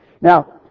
Now